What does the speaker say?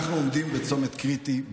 אנחנו עומדים בצומת קריטי,